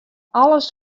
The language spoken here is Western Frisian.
alles